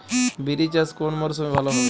বিরি চাষ কোন মরশুমে ভালো হবে?